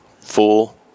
full